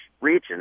region